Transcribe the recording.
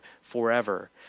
forever